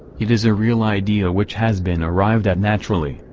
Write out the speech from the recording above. it is a real idea which has been arrived at naturally,